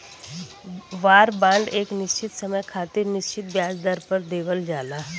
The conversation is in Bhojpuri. वार बांड एक निश्चित समय खातिर निश्चित ब्याज दर पर देवल जाला